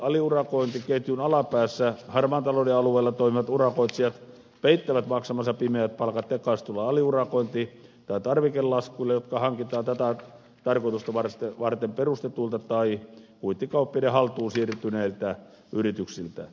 aliurakointiketjun alapäässä harmaan talouden alueella toimivat urakoitsijat peittävät maksamansa pimeät palkat tekaistuilla aliurakointi tai tarvikelaskuilla jotka hankitaan tätä tarkoitusta varten perustetuilta tai kuittikauppiaitten haltuun siirtyneiltä yrityksiltä